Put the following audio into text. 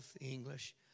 English